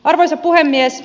arvoisa puhemies